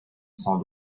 sans